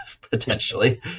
potentially